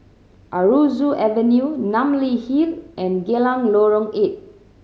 Aroozoo Avenue Namly Hill and Geylang Lorong Eight